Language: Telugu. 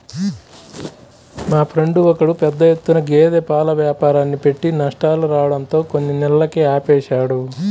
మా ఫ్రెండు ఒకడు పెద్ద ఎత్తున గేదె పాల వ్యాపారాన్ని పెట్టి నష్టాలు రావడంతో కొన్ని నెలలకే ఆపేశాడు